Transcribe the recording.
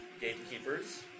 gatekeepers